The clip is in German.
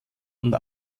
und